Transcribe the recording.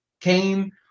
came